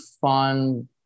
fun